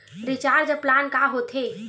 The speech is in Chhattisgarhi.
रिचार्ज प्लान का होथे?